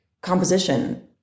composition